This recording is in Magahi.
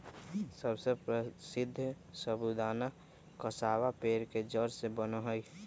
सबसे प्रसीद्ध साबूदाना कसावा पेड़ के जड़ से बना हई